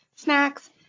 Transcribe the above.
snacks